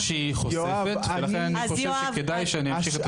שהיא חושפת ולכן אני חושב שכדאי שאמשיך.